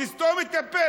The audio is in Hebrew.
תסתום את הפה,